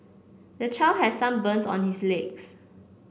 the child has some burns on his legs